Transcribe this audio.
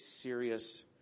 serious